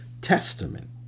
Testament